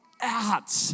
out